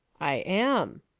i am,